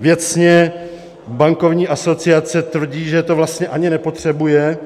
Věcně bankovní asociace tvrdí, že to vlastně ani nepotřebuje